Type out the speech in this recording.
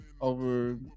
over